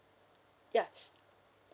ya